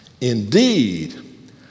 Indeed